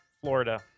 Florida